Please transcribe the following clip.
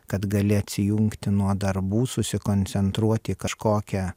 kad gali atsijungti nuo darbų susikoncentruoti į kažkokią